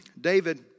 David